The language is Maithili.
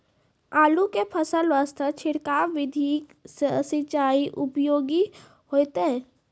आलू के फसल वास्ते छिड़काव विधि से सिंचाई उपयोगी होइतै?